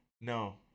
No